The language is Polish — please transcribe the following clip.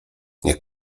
niech